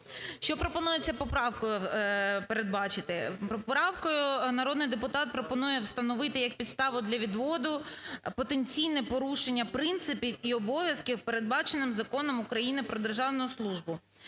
Що пропонується поправкою передбачити? Поправкою народний депутат пропонує встановити як підставу для відводу потенційне порушення принципів і обов'язків, передбаченим Законом України "Про державну службу".